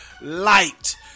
Light